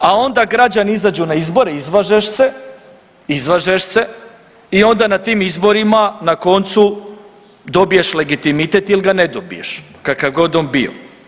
A onda građani izađu na izbore, izvažeš se i onda na tim izborima na koncu dobiješ legitimitet ili ga ne dobiješ kakav god on bio.